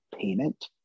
payment